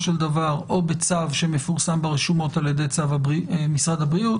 של דבר או בצו שמפורסם ברשומות על ידי משרד הבריאות.